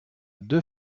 deux